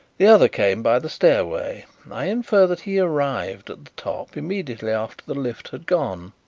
the other came by the stairway. i infer that he arrived at the top immediately after the lift had gone.